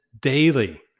daily